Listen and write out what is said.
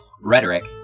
rhetoric